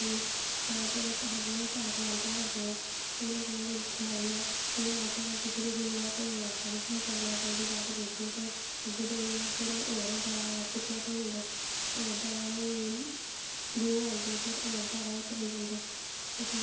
एह्दै च एह् ऐ कि तुस लाई लैओ मतलव कि ओह्दे बाद बंदा फैशन फैशन डिज़ाई निंग सिखदा अच्छी मतलव सैल अच्ची सोच लेईयै बिल्कुल पूरा कम्म सिक्खियै एह् नी कि पूरा सिक्खियै कुदै बैठो ते कम्म करो कोई गल्ल नी